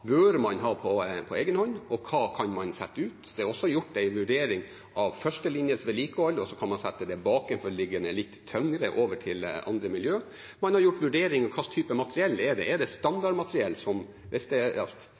man bør gjøre på egen hånd, og hva man kan sette ut. Det er også gjort en vurdering av førstelinjes vedlikehold, og så kan man sette det bakenforliggende, litt tyngre over til andre miljøer. Man har gjort vurderinger av hva slags type materiell det er. Er det standardmateriell? Jeg har brukt eksemplet med kjøretøyene til Heimevernet, som er